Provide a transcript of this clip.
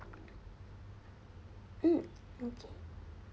mm okay